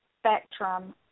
spectrum